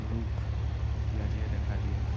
ৰোগ ব্যাধিয়ে দেখা দিয়ে